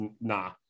nah